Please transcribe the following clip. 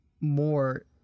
more